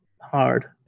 hard